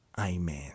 Amen